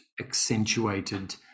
accentuated